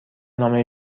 نامه